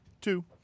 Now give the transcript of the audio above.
Two